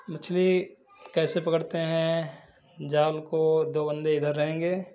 मछली कैसे पकड़ते हैं जाल को दो बंदे इधर रहेंगे